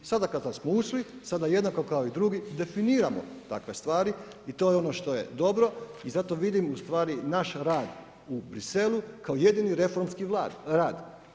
Sada kada smo ušli, sada jednako kao i drugi definiramo takve stvari i to je ono što je dobro i zato vidim ustvari, naš rad u Bruxellesu kao jedini reformski rad.